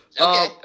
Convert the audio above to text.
Okay